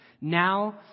Now